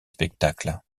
spectacles